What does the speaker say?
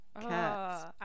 Cats